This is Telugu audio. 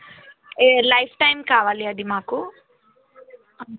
ఎ లైఫ్ టైం కావాలి అది మాకు